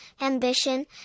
ambition